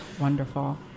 Wonderful